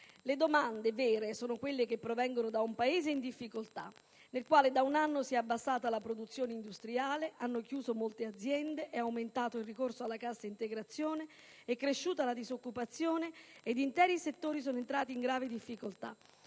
Le domande vere sono quelle che provengono da un Paese in difficoltà, nel quale da un anno si è abbassata la produzione industriale, hanno chiuso molte aziende, è aumentato il ricorso alla cassa integrazione, è cresciuta la disoccupazione ed interi settori sono entrati in grave difficoltà.